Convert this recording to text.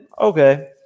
okay